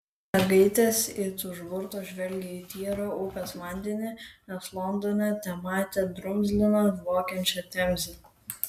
mergaitės it užburtos žvelgė į tyrą upės vandenį nes londone tematė drumzliną dvokiančią temzę